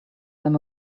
them